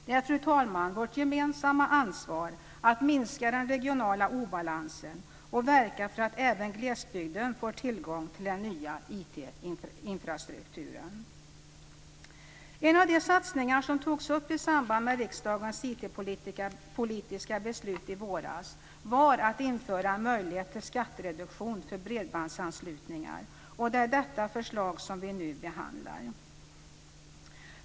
Det är, fru talman, vårt gemensamma ansvar att minska den regionala obalansen och verka för att även glesbygden får tillgång till den nya IT En av de satsningar som togs upp i samband med riksdagens IT-politiska beslut i våras gällde införandet av en möjlighet till skattereduktion för bredbandsanslutningar. Det är detta förslag som vi nu behandlar.